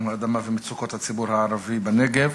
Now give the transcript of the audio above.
לסדר-היום בנושא יום האדמה ומצוקות הציבור הערבי בנגב,